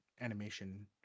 animation